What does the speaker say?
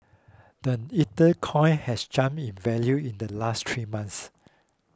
the ether coin has jumped in value in the last three months